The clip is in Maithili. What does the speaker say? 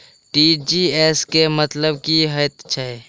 टी.जी.एस केँ मतलब की हएत छै?